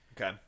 Okay